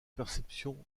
perception